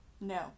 no